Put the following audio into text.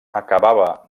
acabava